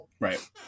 Right